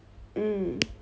mm